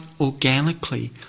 organically